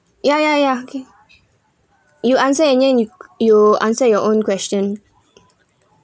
ya ya ya okay you answer and then you you answer your own question